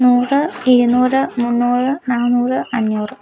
നൂറ് ഇരുനൂറ് മൂന്നൂറ് നാന്നൂറ് അഞ്ഞൂറ്